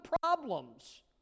problems